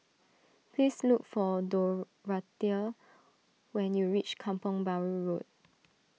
please look for Dorathea when you reach Kampong Bahru Road